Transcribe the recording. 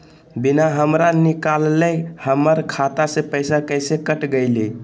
बिना हमरा निकालले, हमर खाता से पैसा कैसे कट गेलई?